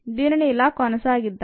దీనిని ఇలా కొనసాగిద్దాం